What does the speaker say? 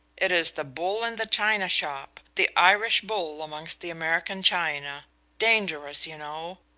it is the bull in the china shop the irish bull amongst the american china dangerous, you know.